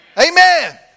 Amen